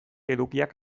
edukiak